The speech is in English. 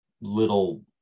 little